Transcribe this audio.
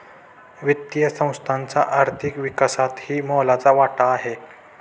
वित्तीय संस्थांचा आर्थिक विकासातही मोलाचा वाटा आहे